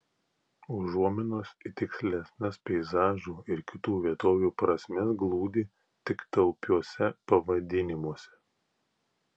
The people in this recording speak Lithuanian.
užuominos į tikslesnes peizažų ir kitų vietovių prasmes glūdi tik taupiuose pavadinimuose